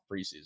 preseason